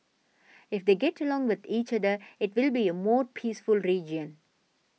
if they get along with each other it will be a more peaceful region